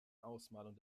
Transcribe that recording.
ausmalung